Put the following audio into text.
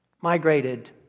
migrated